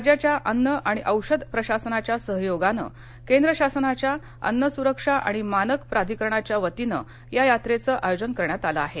राज्याच्या अन्न आणि औषध प्रशासनाच्या सहयोगानं केंद्र शासनाच्या अन्नसूरक्षा आणि मानक प्राधिकरणाच्या वतीनं या यात्रेचं आयोजन करण्यात आलं आहे